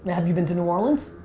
have you been to new orleans?